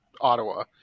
Ottawa